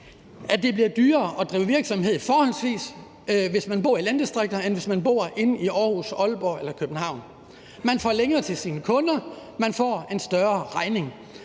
forholdsvis dyrere at drive virksomhed, hvis man bor i landdistrikterne, end hvis man bor i Aarhus, Aalborg eller København. Man får længere til sine kunder, man får en større regning.